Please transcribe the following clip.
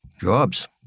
jobs